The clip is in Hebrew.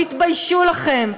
תתביישו לכם.